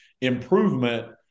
improvement